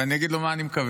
ואני אגיד לו מה אני מקווה: